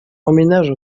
emménage